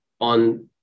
on